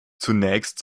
zunächst